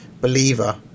believer